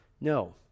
No